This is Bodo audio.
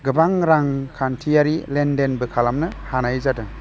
गोबां रां खान्थियारि लेन देनबो खालामनो हानाय जादों